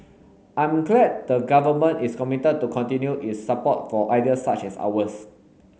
I'm glad the Government is committed to continue its support for ideas such as ours